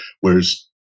Whereas